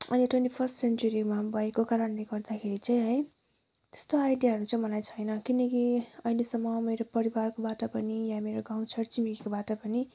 अनि twenty first सेन्चुरीमा भएको कारणले गर्दाखेरि चाहिँ है त्यस्तो आइडियाहरू चाहिँ मलाई छैन किनकि अहिलेसम्म मेरो परिवारकोबाट पनि मेरो गाउँ छरछिमेकीकोबाट पनि